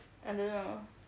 I don't know